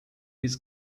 his